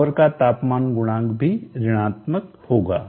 power का तापमान गुणांक भी ऋणात्मक होगा